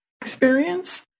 experience